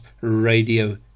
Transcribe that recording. Radio